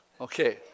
Okay